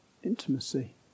Intimacy